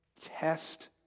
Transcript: test